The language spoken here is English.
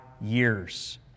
years